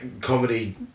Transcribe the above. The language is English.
comedy